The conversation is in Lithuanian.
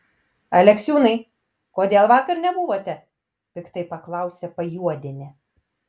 aleksiūnai kodėl vakar nebuvote piktai paklausė pajuodienė